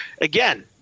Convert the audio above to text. again